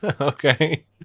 Okay